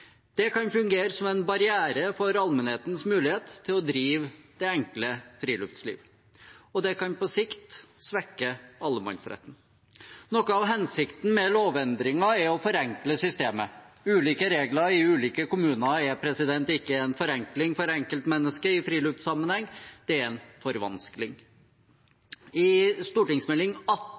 Det kan fungere som en barriere for allmennhetens mulighet til å drive det enkle friluftslivet, og det kan på sikt svekke allemannsretten. Noe av hensikten med lovendringen er å forenkle systemet. Ulike regler i ulike kommuner er ikke en forenkling for enkeltmennesket i friluftsammenheng, det er en forvanskning. I Meld. St. 18